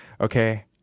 okay